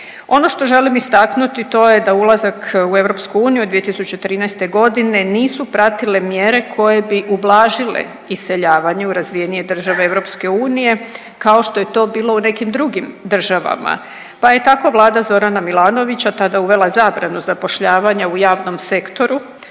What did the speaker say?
Ono što želim istaknuti, to je da ulazak u EU 2013. g. nisu pratile mjere koje bi ublažile iseljavanje u razvijenije državne EU kao što je to bilo u nekim drugim državama, pa je tako Vlada Zorana Milanovića tada uvela zabranu zapošljavanja u javnom sektoru,